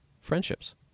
friendships